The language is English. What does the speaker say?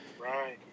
Right